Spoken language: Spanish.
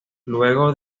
luego